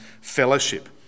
fellowship